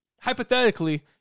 hypothetically